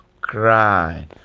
cry